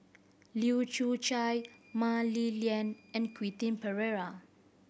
Leu Yew Chye Mah Li Lian and Quentin Pereira